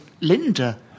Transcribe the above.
Linda